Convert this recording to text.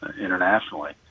internationally